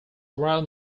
around